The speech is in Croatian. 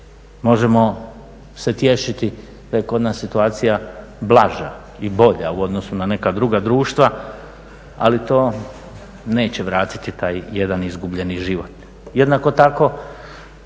Možemo se tješiti da je kod nas situacija blaža i bolja u odnosu na neka druga društva ali to neće vratiti taj jedan izgubljeni život. Jednako tako